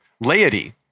laity